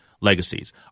legacies